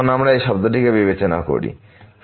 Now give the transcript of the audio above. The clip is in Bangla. এখন আমরা এই শব্দটি বিবেচনা করি xn1n1